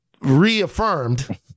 reaffirmed